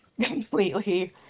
Completely